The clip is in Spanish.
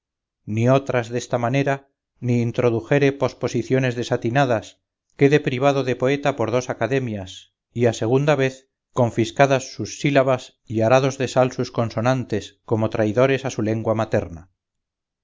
ni otras desta manera ni introdujere posposiciones desatinadas quede privado de poeta por dos academias y a segunda vez confiscadas sus sílabas y arados de sal sus consonantes como traidores a su lengua materna